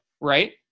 right